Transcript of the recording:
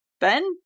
Ben